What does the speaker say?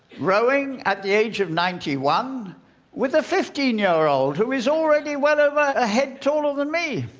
rowing at the age of ninety one with a fifteen year old, who is already well over a head taller than me.